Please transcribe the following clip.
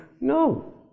no